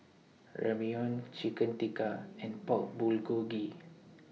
Ramyeon Chicken Tikka and Pork Bulgogi